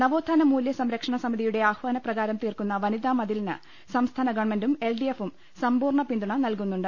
നവോത്ഥാന മൂല്യസംരക്ഷ ണസമിതിയുടെ ആഹ്വാനപ്രകാരം തീർക്കുന്ന വനിതാമ തിലിന് സംസ്ഥാന ഗവൺമെന്റും എൽ ഡി എഫും സമ്പൂർണ്ണ പിന്തുണ നൽകുന്നുണ്ട്